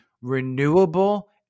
renewable